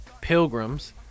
pilgrims